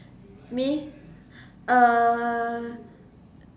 me uh